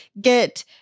get